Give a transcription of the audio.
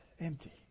empty